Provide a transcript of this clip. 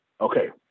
okay